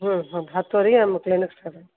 ಹ್ಞೂ ಹ್ಞೂ ಹತ್ತುವರೆಗೆ ನಮ್ಮ ಕ್ಲಿನಿಕ್ ಸ್ಟಾರ್ಟ್ ಆಗುತ್ತೆ